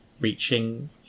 Reaching